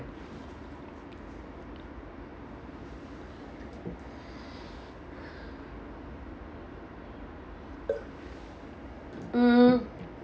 mm